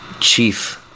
chief